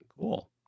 Cool